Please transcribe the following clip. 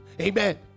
Amen